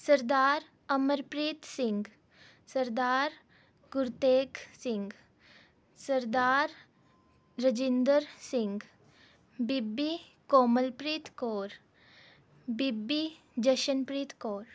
Sardar Amarpreet Singh Sardar Gurteg Singh Sardar Rajinder Singh Bibi Komalpreet Kaur Bibi Jashanpreet Kaur